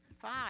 Five